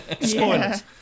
Spoilers